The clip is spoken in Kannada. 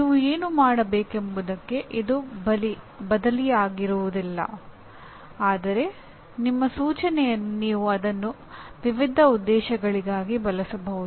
ನೀವು ಏನು ಮಾಡಬೇಕೆಂಬುದಕ್ಕೆ ಇದು ಬದಲಿಯಾಗಿರುವುದಿಲ್ಲ ಆದರೆ ನಿಮ್ಮ ಸೂಚನೆಯಲ್ಲಿ ನೀವು ಅದನ್ನು ವಿವಿಧ ಉದ್ದೇಶಗಳಿಗಾಗಿ ಬಳಸಬಹುದು